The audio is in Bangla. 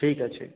ঠিক আছে